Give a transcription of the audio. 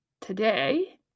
today